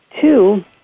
Two